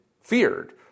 feared